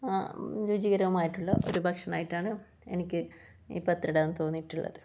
ആ രുചികരവുമായിട്ടുള്ള ഒരു ഭക്ഷണമായിട്ടാണ് എനിക്ക് ഈ പത്രട എന്ന് തോന്നിയിട്ടുള്ളത്